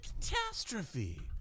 catastrophe